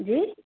जी